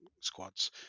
squads